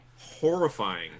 horrifying